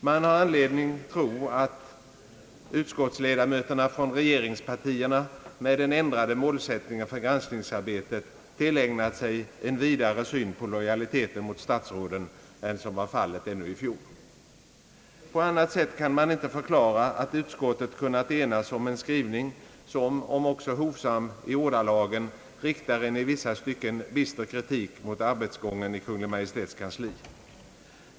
Man har anledning tro att utskottsledamöterna från regeringspartiet med den ändrade målsättningen för granskningsarbetet tillägnat sig en vidare syn på lojaliteten mot statsråden än de hade ännu i fjol. På annat sätt kan man inte förklara att utskottet kunnat enas om en skrivning som, om också hovsam i ordalagen, riktar en i vissa stycken bister kritik mot arbetsgången i Kungl. Maj:ts kansli.